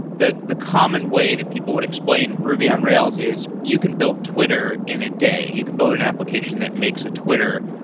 the the common way that people would explain ruby on rails is you can build twitter in a day. you can build an application that makes a twitter,